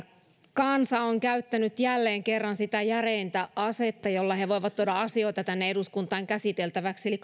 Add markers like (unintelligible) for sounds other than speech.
kansa on käyttänyt jälleen kerran sitä järeintä asetta jolla he voivat tuoda asioita tänne eduskuntaan käsiteltäväksi eli (unintelligible)